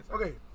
okay